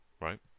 right